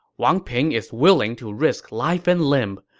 wang ping is willing to risk life and limb.